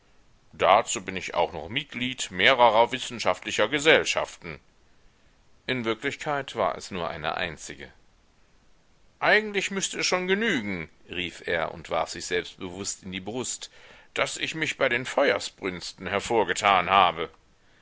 dazu bin ich auch noch mitglied mehrerer wissenschaftlicher gesellschaften in wirklichkeit war es nur eine einzige eigentlich müßte es schon genügen rief er und warf sich selbstbewusst in die brust daß ich mich bei den feuersbrünsten hervorgetan habe